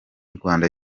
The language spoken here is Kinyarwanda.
rwanda